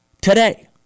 today